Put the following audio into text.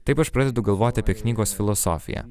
taip aš pradedu galvoti apie knygos filosofiją